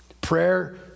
Prayer